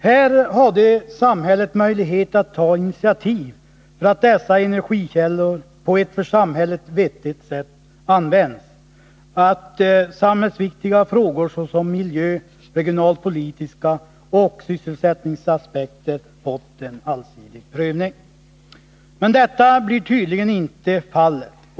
Här skulle samhället ha möjlighet att ta sådana initiativ att dessa energikällor kan användas på ett för samhället vettigt sätt och att samhällsviktiga frågor såsom miljöaspekter, regionalpolitiska aspekter och sysselsättningsaspekter kan få en allsidig prövning. Men detta blir tydligen inte fallet.